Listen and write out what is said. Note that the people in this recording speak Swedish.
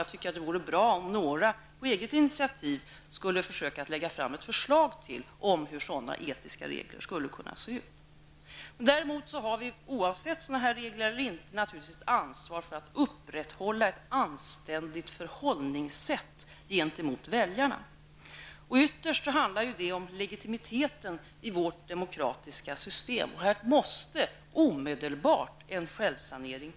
Jag tycker att det vore bra om några på eget initiativ försökte lägga fram ett förslag om hur sådana etiska regler skulle kunna se ut. Däremot har vi oavsett sådana regler naturligtvis ett ansvar för att upprätthålla ett anständigt förhållningssätt gentemot väljarna. Ytterst handlar det ju om legitimiteten i vårt demokratiska system. Här måste det omedelbart bli en självsanering.